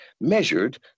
measured